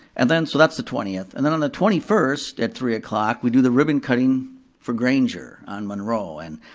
and then, so that's the twentieth. and then on the twenty first at three o'clock, we do the ribbon cutting for granger on monroe, and,